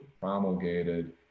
promulgated